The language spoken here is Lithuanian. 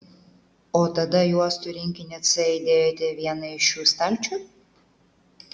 o tada juostų rinkinį c įdėjote į vieną iš šių stalčių